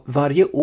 varje